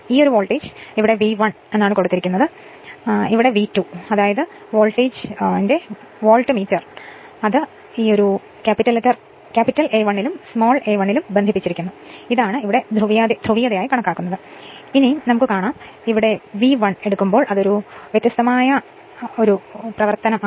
ഈ voltage V1 V1 ആണ് ഇത് V2 V2 ആണ് വോൾട്ട്മീറ്ററിൽ മൂലധനം A 1 ലും ചെറിയ 1 1 ലും ബന്ധിപ്പിച്ചിരിക്കുന്നു ഇതാണ് ഇപ്പോൾ ധ്രുവീയത ഇപ്പോൾ V 1 ആണെങ്കിൽ അത് വ്യത്യസ്ത ഓപ്പറേറ്ററാണ്